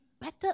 better